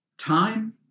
time